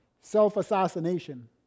Self-assassination